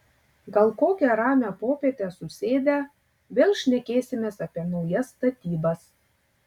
gal kokią ramią popietę susėdę vėl šnekėsimės apie naujas statybas